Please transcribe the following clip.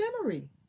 memory